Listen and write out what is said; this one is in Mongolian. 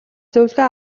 зөвлөгөө